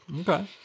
Okay